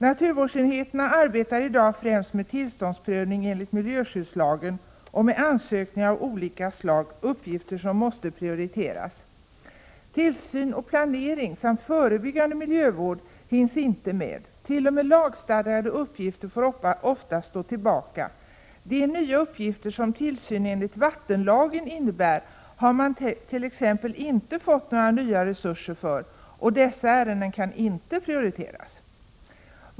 Naturvårdsenheterna arbetar i dag främst med tillståndsprövning enligt miljöskyddslagen och med ansökningar av olika slag, uppgifter som måste prioriteras. Tillsyn och planering samt förebyggande miljövård hinns inte med. T.o.m. lagstadgade uppgifter får ofta stå tillbaka. De nya uppgifter som tillsyn enligt vattenlagen innebär, har man t.ex. ej fått några nya resurser för, och dessa ärenden kan inte prioriteras.